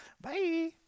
Bye